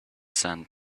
sand